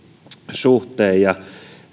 suhteen ja